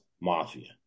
mafia